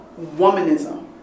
womanism